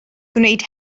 gwneud